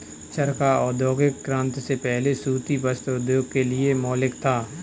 चरखा औद्योगिक क्रांति से पहले सूती वस्त्र उद्योग के लिए मौलिक था